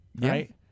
right